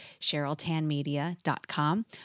CherylTanMedia.com